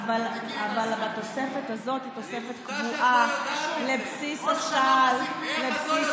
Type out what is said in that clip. אבל התוספת הזאת היא תוספת קבועה לבסיס הסל.